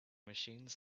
machines